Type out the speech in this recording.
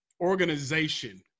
organization